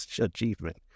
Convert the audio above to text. achievement